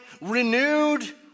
renewed